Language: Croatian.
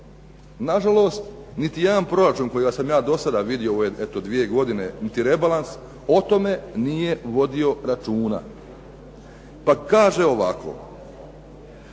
Na žalost niti jedan proračun kojega sam ja do sada vidio u ove dvije godine, niti rebalans, o tome nije vodio računa. Pa kaže ovako,